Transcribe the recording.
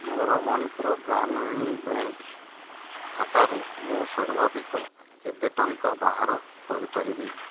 ମୋର ମଣିପୁର ଗ୍ରାମୀଣ ବ୍ୟାଙ୍କ୍ ଖାତାରୁ ମୁଁ ସର୍ବାଧିକ କେତେ ଟଙ୍କା ବାହାର କରିପାରିବି